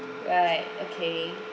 right okay